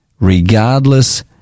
regardless